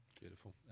Beautiful